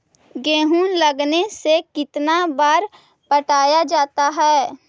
गेहूं लगने से कितना बार पटाया जाता है?